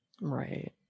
Right